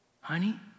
Honey